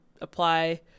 apply